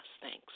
Thanks